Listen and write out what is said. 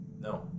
No